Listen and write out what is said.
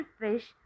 fish